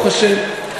ברוך השם,